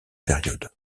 périodes